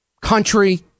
country